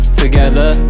together